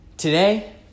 Today